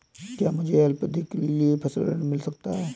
क्या मुझे अल्पावधि के लिए फसल ऋण मिल सकता है?